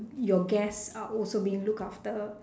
your guests are also being looked after